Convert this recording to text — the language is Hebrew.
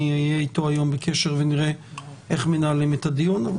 אני אהיה אתו היום בקשר ונראה איך מנהלים את הדיון.